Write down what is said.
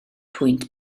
pwynt